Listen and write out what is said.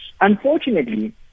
Unfortunately